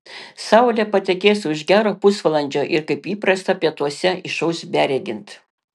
saulė patekės už gero pusvalandžio ir kaip įprasta pietuose išauš beregint